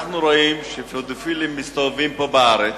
אנחנו רואים שפדופילים מסתובבים פה בארץ.